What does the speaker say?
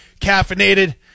caffeinated